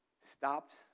stopped